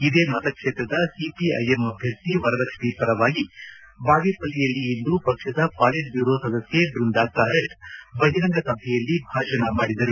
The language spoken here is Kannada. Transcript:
ಇದೇ ಮತಕ್ಷೇತ್ರದ ಸಿಪಿಐಎಂ ಅಭ್ಯರ್ಥಿ ವರಲಕ್ಷ್ಮಿ ಪರವಾಗಿ ಬಾಗೇಪಲ್ಲಿಯಲ್ಲಿ ಇಂದು ಪಕ್ಷದ ಪಾಲಿಟ್ ಬ್ಯೂರೋ ಸದಸ್ಯೆ ಬೃಂದಾ ಕಾರಟ್ ಬಹಿರಂಗಸಭೆಯಲ್ಲಿ ಭಾಷಣ ಮಾಡಿದರು